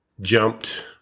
jumped